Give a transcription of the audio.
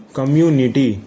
Community